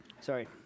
Sorry